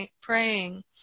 praying